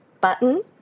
button